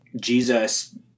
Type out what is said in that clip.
Jesus